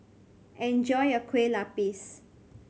enjoy your Kueh Lupis